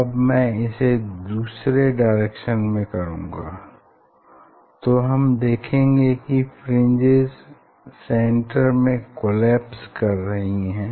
अब मैं इसे दूसरे डायरेक्शन में करूँगा तो हम देखेंगे कि फ्रिंजेस सेन्टर में कोलैप्स कर रही हैं